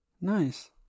Nice